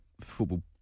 football